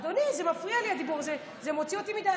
אדוני, מפריע לי הדיבור הזה, זה מוציא אותי מדעתי.